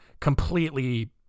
completely